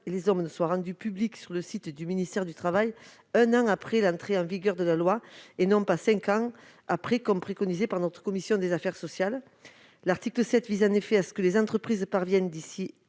et les hommes soient rendus publics sur le site du ministère du travail un an après l'entrée en vigueur de la loi, et non pas cinq ans après, comme le préconise la commission des affaires sociales. L'article 7 vise à ce que les entreprises parviennent, d'ici